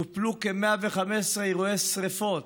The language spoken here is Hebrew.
טופלו כ-115 אירועי שרפות,